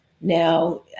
now